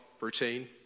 routine